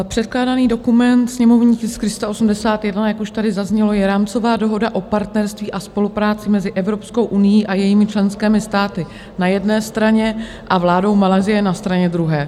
Předkládaný dokument, sněmovní tisk 381, jak už tady zaznělo, je rámcová dohoda o partnerství a spolupráci mezi Evropskou unií a jejími členskými státy na jedné straně a vládou Malajsie na straně druhé.